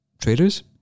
traders